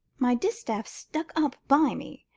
my distaff stuck up by me,